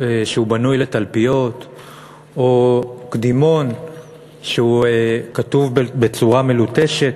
שבנוי לתלפיות או קדימון שכתוב בצורה מלוטשת?